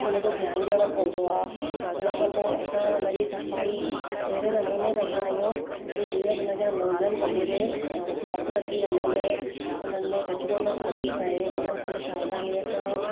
उनजो ध्यानु ॾियणो पवंदो आहे उनखां पोइ असां हुनजी सफ़ाई अहिड़े नमूने कंदा आहियूं कि जीअं हुनजा नोज़ल वग़ैरह अ ब्लॉक न थी वञनि उन्हनि में कचिरो न फासी पए उन्हनि खे सावधानीअ सां